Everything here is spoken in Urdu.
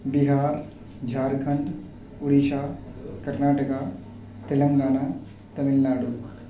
بہار جھارکھنڈ اڑیسہ کرناٹکا تلنگانہ تمل ناڈو